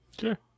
Sure